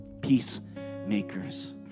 peacemakers